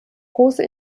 große